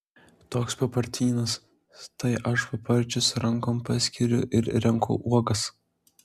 toks papartynas tai aš paparčius rankom praskiriu ir renku uogas